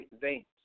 veins